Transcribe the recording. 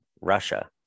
Russia